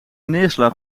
neerslag